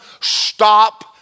stop